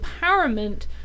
empowerment